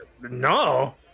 no